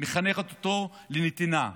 מחנכת אותו לנתינה,